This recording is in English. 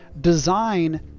design